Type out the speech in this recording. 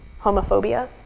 homophobia